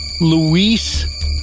Luis